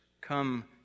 Come